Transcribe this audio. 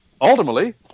Ultimately